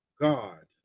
God